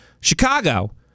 Chicago